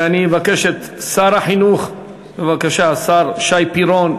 שר החינוך שי פירון,